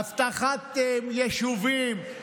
אבטחת יישובים,